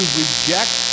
reject